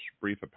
brief